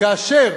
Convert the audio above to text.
כאשר